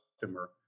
customer